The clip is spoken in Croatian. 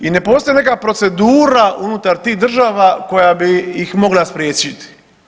I ne postoji neka procedura unutar tih država koja bi ih mogla spriječiti.